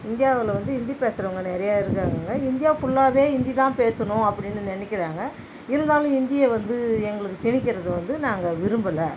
இந்தியாவில் வந்து இந்தி பேசுறவங்க நிறைய இருக்காங்கங்க இந்தியா ஃபுல்லாகவே இந்தி தான் பேசணும் அப்படினு நினைக்கிறாங்க இருந்தாலும் இந்தியை வந்து எங்களுக்கு திணிக்கிறது வந்து நாங்கள் விரும்பலை